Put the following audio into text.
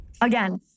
Again